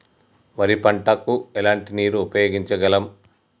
వరి పంట కు ఎలాంటి నీరు ఉపయోగించగలం?